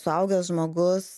suaugęs žmogus